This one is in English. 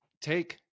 take